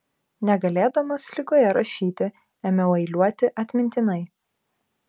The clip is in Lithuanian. negalėdamas ligoje rašyti ėmiau eiliuoti atmintinai